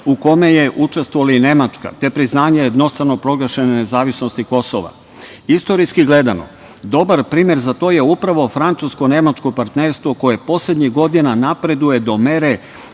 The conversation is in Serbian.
u kome je učestvovala i Nemačka, te priznanje jednostrano proglašene nezavisnosti Kosova. Istorijski gledano, dobar primer za to je upravo francusko-nemačko partnerstvo koje poslednjih godina napreduje do mere